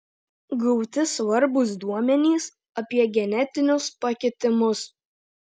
gauti svarbūs duomenys apie genetinius pakitimus